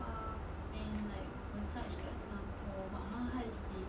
spa and like massage kat Singapore but mahal seh